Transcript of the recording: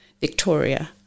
Victoria